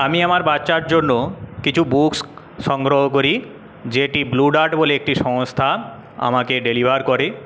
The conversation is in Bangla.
আমি আমার বাচ্চার জন্য কিছু বুকস সংগ্রহ করি যেটি ব্লু ডার্ট বলে একটি সংস্থা আমাকে ডেলিভার করে